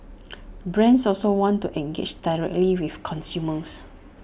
brands also want to engage directly with consumers